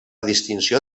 distinció